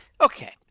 Okay